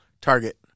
target